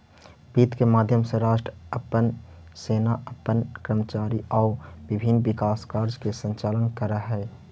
वित्त के माध्यम से राष्ट्र अपन सेना अपन कर्मचारी आउ विभिन्न विकास कार्य के संचालन करऽ हइ